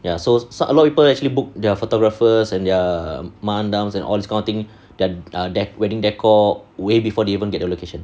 ya so so a lot people actually book their photographers and their mak andam and all this kind of thing dec~ wedding decor way before they even get their location